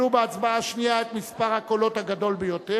בהצבעה השנייה את מספר הקולות הגדול ביותר,